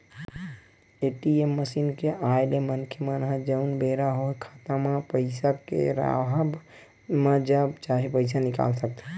ATM machine के आय ले मनखे मन ह जउन बेरा होय खाता म पइसा के राहब म जब चाहे पइसा निकाल सकथे